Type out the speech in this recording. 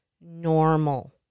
normal